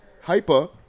Hyper